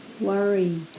worry